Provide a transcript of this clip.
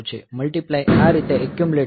multiply આ રીતે accumulate થશે